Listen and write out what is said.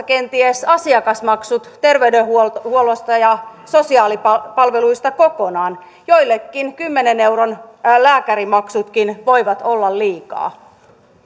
kenties asiakasmaksut terveydenhuollosta ja sosiaalipalveluista kokonaan joillekin kymmenen euron lääkärimaksutkin voivat olla liikaa